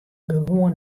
gewoan